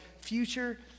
future